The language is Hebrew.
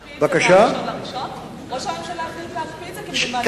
ראש הממשלה לא החליט להקפיא את זה מ-1 בינואר?